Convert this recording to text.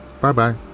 Bye-bye